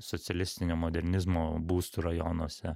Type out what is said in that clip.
socialistinio modernizmo būstų rajonuose